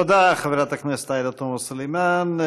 תודה לחברת הכנסת עאידה תומא סלימאן.